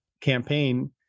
campaign